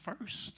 first